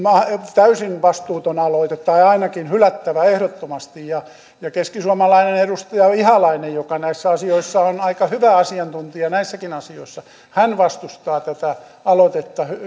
täysin vastuuton aloite tai ainakin että se on hylättävä ehdottomasti ja keskisuomalainen edustaja ihalainen joka näissä asioissa on aika hyvä asiantuntija näissäkin asioissa vastustaa tätä aloitetta